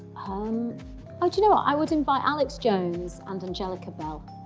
um but you know. i would invite alex jones and angellica bell,